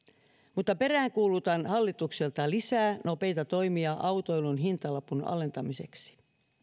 mutta peräänkuulutan hallitukselta lisää nopeita toimia autoilun hintalapun alentamiseksi